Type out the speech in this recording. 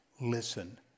Listen